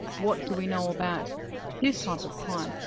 what do we know about this type of crime?